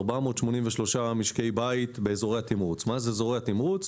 483 משקי בית באזורי התמרוץ.